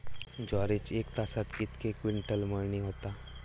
ज्वारीची एका तासात कितके क्विंटल मळणी होता?